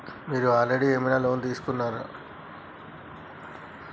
మీరు ఆల్రెడీ ఏమైనా లోన్ తీసుకున్నారా?